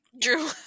Drew